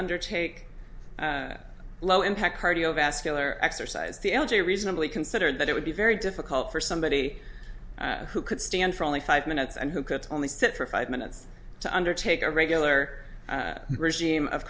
undertake a low impact cardiovascular exercise the l g reasonably considered that it would be very difficult for somebody who could stand for only five minutes and who could only sit for five minutes to undertake a regular regime of